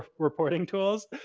ah reporting tools.